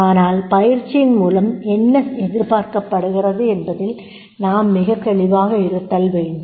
ஆனால் பயிற்சியின் மூலம் என்ன செய்ய எதிர்பார்க்கப்படுகிறது என்பதில் நாம் மிகத்தெளிவாக இருத்தல் வேண்டும்